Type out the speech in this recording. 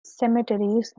cemeteries